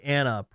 Anna